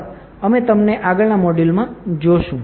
આભાર અને તમને આગળના મોડ્યુલમાં જોશો